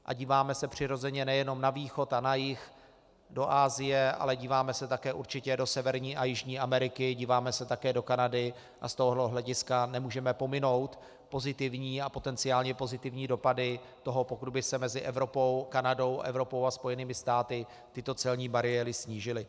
A díváme se přirozeně nejenom na východ a na jih do Asie, ale díváme se také určitě do Severní a Jižní Ameriky, díváme se také do Kanady a z tohoto hlediska nemůžeme pominout pozitivní a potenciálně pozitivní dopady toho, pokud by se mezi Evropou a Kanadou a Evropou a Spojenými státy tyto celní bariéry snížily.